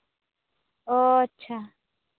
ᱟᱪᱪᱷᱟ